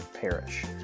perish